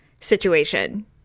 situation